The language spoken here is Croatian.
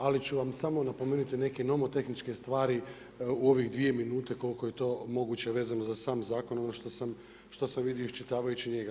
Ali ću vam samo napomenuti neke nomotehničke stvari u ovih dvije minute koliko je to moguće vezano za sam zakon ono što sam vidio iščitavajući njega.